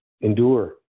endure